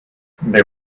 they